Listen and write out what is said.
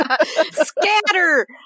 Scatter